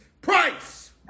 price